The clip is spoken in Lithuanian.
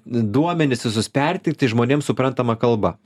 duomenis visus perteikti žmonėms suprantama kalba